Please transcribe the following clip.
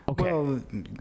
Okay